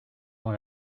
dans